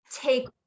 take